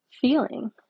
feeling